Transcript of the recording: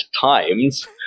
times